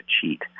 cheat